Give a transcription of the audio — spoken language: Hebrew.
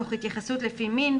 תוך התייחסות לפי מין.